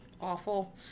awful